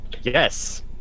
Yes